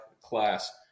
class